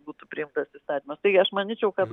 būtų priimtas įstatymas tai aš manyčiau kad